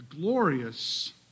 glorious